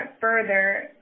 further